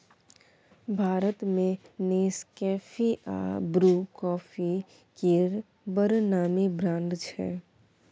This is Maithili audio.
भारत मे नेसकेफी आ ब्रु कॉफी केर बड़ नामी ब्रांड छै